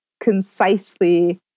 concisely